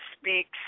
speaks